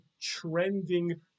trending